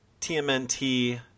TMNT